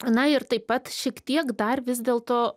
na ir taip pat šiek tiek dar vis dėlto